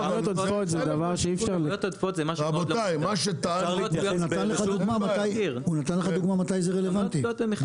כמויות עודפות זה משהו שאי אפשר --- הוא נתן לך דוגמה מתי זה רלוונטי.